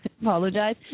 apologize